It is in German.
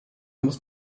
muss